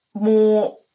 more